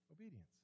Obedience